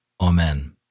Amen